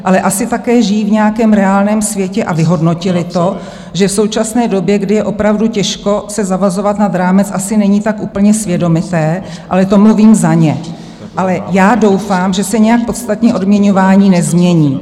Ale asi také žijí v nějakém reálném světě a vyhodnotili to, že v současné době, kdy je opravdu těžko se zavazovat nad rámec, asi není tak úplně svědomité, ale to mluvím za ně, ale já doufám, že se nějak podstatně odměňování nezmění.